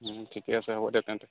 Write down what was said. ঠিকে আছে হ'ব দিয়ক তেন্তে